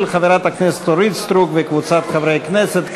של חברת הכנסת אורית סטרוק וקבוצת חברי הכנסת,